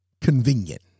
convenient